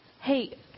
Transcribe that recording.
Hey